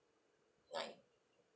nine